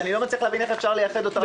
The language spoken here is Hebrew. אני לא מבין איך אפשר לייחד אותם למסחר.